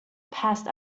passed